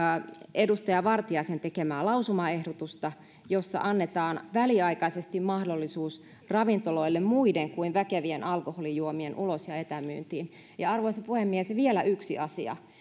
edustaja vartiaisen tekemää lausumaehdotusta jossa annetaan väliaikaisesti mahdollisuus ravintoloille muiden kuin väkevien alkoholijuomien ulos ja etämyyntiin ja arvoisa puhemies vielä yksi asia